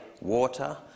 water